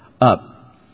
up